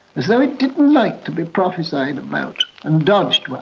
as though it didn't like to be prophesised about and dodged one.